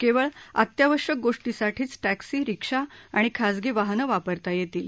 केवळ अत्यावश्यक गोष्टींसाठीच टॅक्सी रिक्षा आणि खासगी वाहनं वापरता येतील